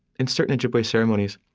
in certain ojibwe ceremonies,